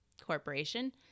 Corporation